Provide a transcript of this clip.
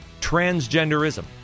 transgenderism